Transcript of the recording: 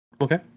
Okay